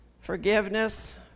forgiveness